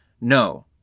no